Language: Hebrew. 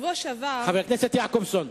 חבר הכנסת יעקובזון.